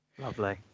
Lovely